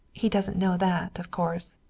he doesn't know that, of course.